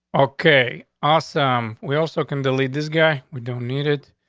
okay, awesome. we also can delete this guy. we don't need it.